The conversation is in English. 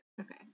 Okay